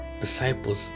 disciples